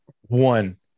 One